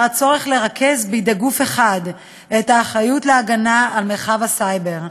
הצורך לרכז בידי גוף אחד את האחריות להגנה על מרחב הסייבר,